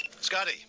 Scotty